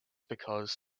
because